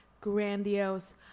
grandiose